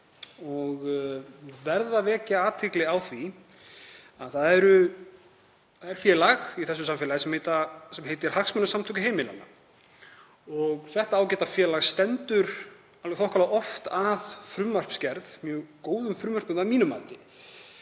Ég verð að vekja athygli á því að það er félag í þessu samfélagi sem heitir Hagsmunasamtök heimilanna og þetta ágæta félag stendur þokkalega oft að frumvarpsgerð, mjög góðum frumvörpum að mínu mati.